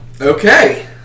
okay